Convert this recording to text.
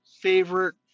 favorite